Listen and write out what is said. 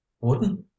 Wouldn't